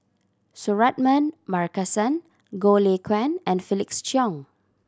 Suratman Markasan Goh Lay Kuan and Felix Cheong